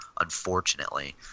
Unfortunately